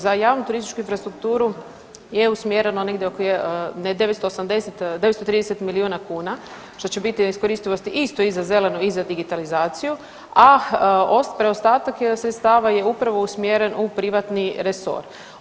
Za javnu turističku infrastrukturu je usmjereno negdje oko 930 milijuna kuna što će biti iskoristivosti isto i za zelenu i za digitalizaciju, a preostatak sredstava je upravo usmjeren u privatni resor.